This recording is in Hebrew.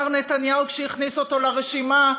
אמר נתניהו כשהכניס אותו לרשימה,